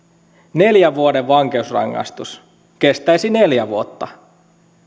neljän vuoden vankeusrangaistus kestäisi neljä vuotta